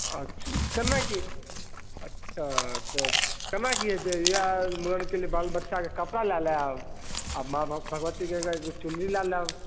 अच्छा कोना कि अच्छा तऽ कोना कि हेतै इएह मूड़नके लेल बाल बच्चाके कपड़ा लऽ लाएब आओर माँ भगवतीके एकटा एगो चुनरी लऽ लाएब